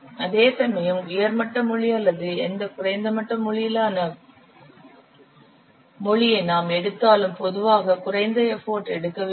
அதேசமயம் உயர் மட்ட மொழி அல்லது எந்த குறைந்த மட்ட அளவிலான மொழியை நாம் எடுத்தாலும் பொதுவாக குறைந்த எஃபர்ட் எடுக்க வேண்டும்